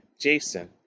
Jason